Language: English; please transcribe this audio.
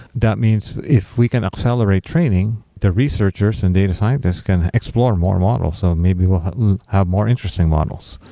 that means if we can accelerate training, the researchers and data scientists can explore more models. so maybe we'll have more interesting models.